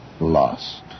lost